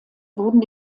wurden